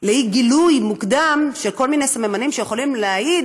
לאי-גילוי מוקדם של כל מיני סממנים שיכולים להעיד